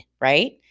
right